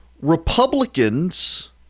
Republicans